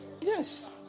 Yes